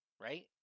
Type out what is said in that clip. right